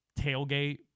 tailgate